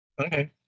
Okay